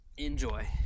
Enjoy